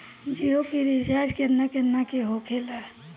जियो के रिचार्ज केतना केतना के होखे ला?